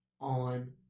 on